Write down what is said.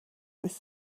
was